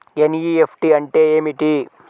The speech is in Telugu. ఎన్.ఈ.ఎఫ్.టీ అంటే ఏమిటీ?